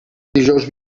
dijous